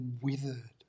withered